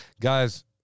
Guys